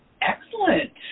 Excellent